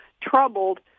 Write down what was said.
troubled